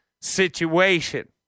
situation